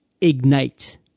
Ignite